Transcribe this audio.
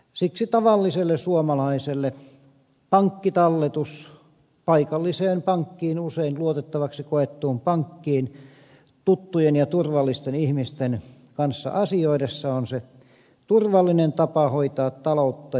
siksi tavalliselle suomalaiselle pankkitalletus paikalliseen pankkiin usein luotettavaksi koettuun pankkiin tuttujen ja turvallisten ihmisten kanssa asioidessa on se turvallinen tapa hoitaa taloutta